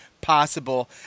possible